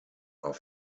are